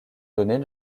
donnait